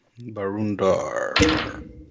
Barundar